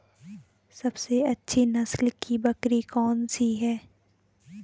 सबसे अच्छी नस्ल की बकरी कौन सी है?